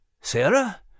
Sarah